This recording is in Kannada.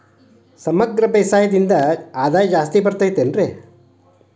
ಸಮಗ್ರ ಬೇಸಾಯದಿಂದ ಆದಾಯ ಜಾಸ್ತಿ ಬರತೈತೇನ್ರಿ?